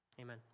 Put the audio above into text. Amen